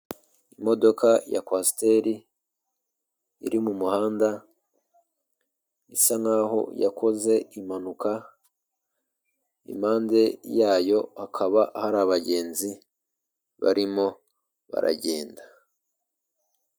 Imodoka ya kwasiteri iri mumuhanda isa nkaho yakoze impanuka, impande yayo hakaba hari abagenzi barimo baragenda.